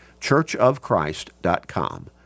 churchofchrist.com